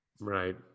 right